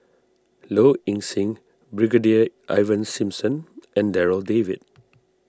Low Ing Sing Brigadier Ivan Simson and Darryl David